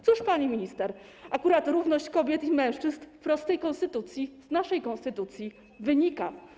Cóż, pani minister, akurat równość kobiet i mężczyzn wprost z tej konstytucji, z naszej konstytucji wynika.